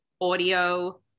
audio